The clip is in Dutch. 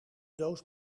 doos